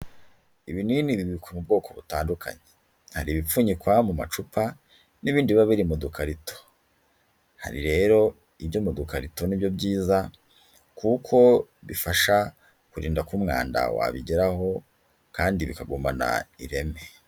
Ibinini bibikwa mu bwoko butandukanye, hari ibipfunyikwa mu macupa n'ibindi biba biri mu dukarito, hari rero ibyo mu dukarito ni byo byiza kuko bifasha kurinda ko umwanda wabigeraho kandi bikagumana ireme.